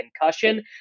concussion